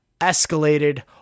escalated